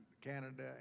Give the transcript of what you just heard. Canada